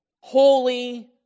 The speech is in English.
holy